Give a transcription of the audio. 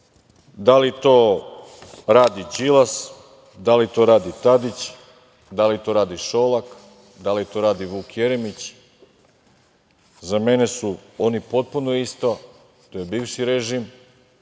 da li to radi Đilas, da li to radi Tadić, da li to radi Šolak, da li to radi Vuk Jeremić. Za mene su oni potpuno isto, to je bivši režim.